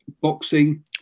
boxing